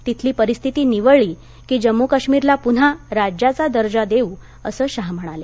तिथली परिस्थिती निवळली की जम्मू काश्मीरला पुन्हा राज्याचा दर्जा देऊ असं शाह म्हणाले